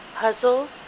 Puzzle